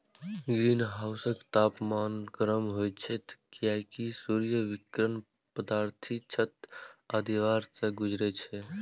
ग्रीनहाउसक तापमान गर्म होइ छै, कियैकि सूर्य विकिरण पारदर्शी छत आ दीवार सं गुजरै छै